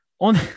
on